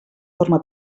forma